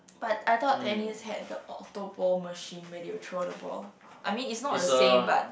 but I thought tennis had the autoball machine where they'll throw the ball I mean it's not the same but